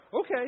okay